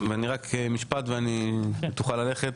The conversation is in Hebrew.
רק משפט ותוכל ללכת